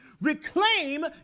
Reclaim